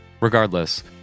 Regardless